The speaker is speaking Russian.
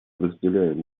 разделяем